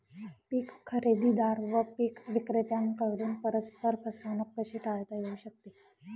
पीक खरेदीदार व पीक विक्रेत्यांकडून परस्पर फसवणूक कशी टाळता येऊ शकते?